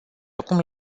acum